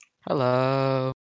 Hello